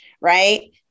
Right